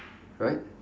right